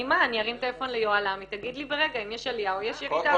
אני ארים טלפון ליוהל"ם היא תגיד לי ברגע אם יש עלייה או יש ירידה.